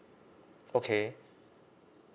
okay